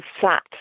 sat